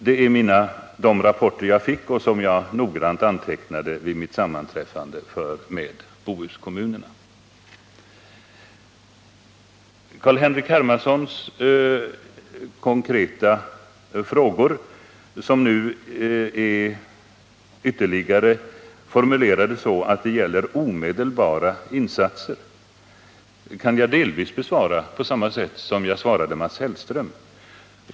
Det är de rapporter som jag fick och som jag noggrant antecknade vid mitt sammanträffande med Bohuskommunerna. Carl-Henrik Hermanssons konkreta frågor, som nu ytterligare formulerats så att det gäller omedelbara insatser, kan jag delvis besvara på samma sätt som jag svarat Mats Hellström.